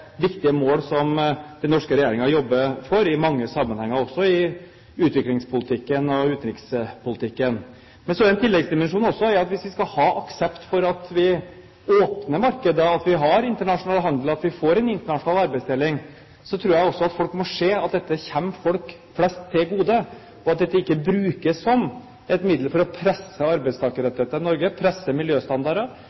viktige mål som den norske regjeringen jobber for i mange sammenhenger, også i utviklingspolitikken og utenrikspolitikken. Så er det en tilleggsdimensjon også: Hvis vi skal ha aksept for at vi åpner markeder, har internasjonal handel og får en internasjonal arbeidsdeling, tror jeg også folk må se at dette kommer folk flest til gode, og at dette ikke brukes som et middel for å presse